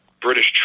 British